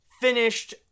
finished